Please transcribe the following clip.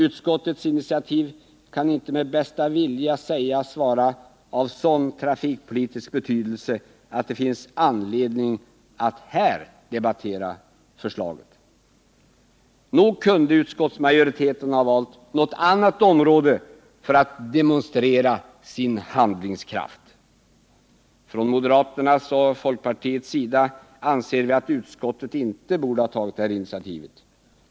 Utskottets initiativ kan inte med bästa vilja sägas vara av sådan trafikpolitisk betydelse att det finns anledning att här debattera förslaget. Nog kunde utskottsmajoriteten ha valt något annat område för att demonstrera sin handlingskraft. Från moderaternas och folkpartiets sida anser vi att utskottet inte borde ha tagit detta initiativ.